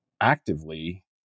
actively